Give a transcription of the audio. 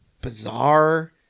bizarre